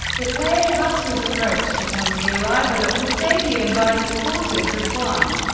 the player bus was approached upon the arrival at the stadium by supporters of one.